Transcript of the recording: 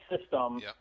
system